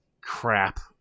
Crap